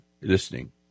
listening